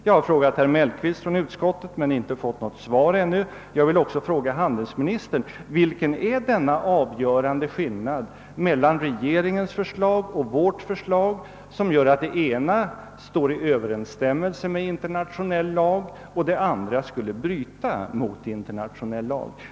Jag har frågat herr Mellqvist från utskottet men inte fått något svar ännu, och jag vill också fråga handelsministern: Vilken är denna avgörande skillnad mellan regeringens förslag och vårt förslag som gör att det ena står i överensstämmelse med internationell lag, medan det andra skulle bryta mot internationell lag?